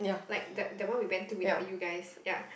like the that one we went to without you guys yeah